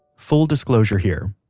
full disclosure here,